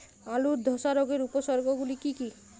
আলুর ধসা রোগের উপসর্গগুলি কি কি?